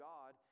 God